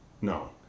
no